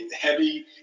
heavy